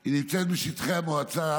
היא נמצאת בשטחי המועצה